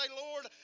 Lord